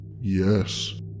Yes